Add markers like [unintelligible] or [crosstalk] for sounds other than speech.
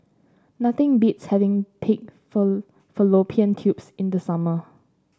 nothing beats having Pig [unintelligible] Fallopian Tubes in the summer